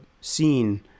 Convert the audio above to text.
seen